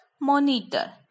monitor